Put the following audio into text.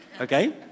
Okay